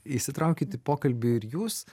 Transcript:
įsitraukit į pokalbį ir jūs